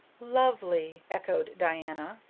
lovely, echoed diana.